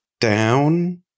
down